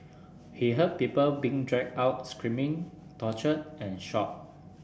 he heard people being dragged out screaming tortured and shot